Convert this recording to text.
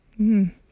-hmm